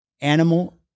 animal